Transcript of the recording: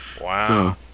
Wow